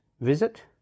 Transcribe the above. visit